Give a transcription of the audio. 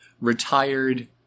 retired